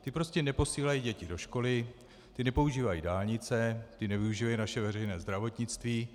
Ti prostě neposílají děti do školy, ti nepoužívají dálnice, ti nevyužívají naše veřejné zdravotnictví.